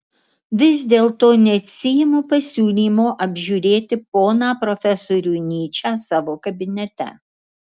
vis dėlto neatsiimu pasiūlymo apžiūrėti poną profesorių nyčę savo kabinete